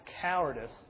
cowardice